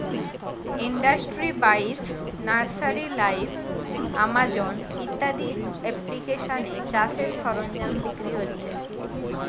industry বাইশ, nursery live, Amazon ইত্যাদি এপ্লিকেশানে চাষের সরঞ্জাম বিক্রি হচ্ছে